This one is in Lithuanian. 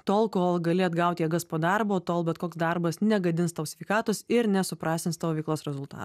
tol kol gali atgaut jėgas po darbo tol bet koks darbas negadins tau sveikatos ir nesuprastins tavo veiklos rezultatų